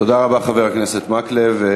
תודה רבה, חבר הכנסת מקלב.